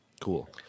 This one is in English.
Cool